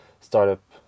startup